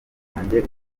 umunezero